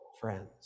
friends